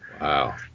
Wow